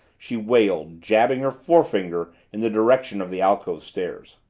she wailed, jabbing her forefinger in the direction of the alcove stairs.